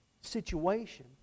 situation